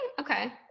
Okay